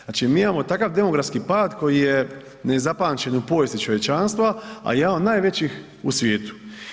Znači mi imamo takav demografski pad koji je nezapamćen u povijesti čovječanstva a jedan od najvećih u s svijetu.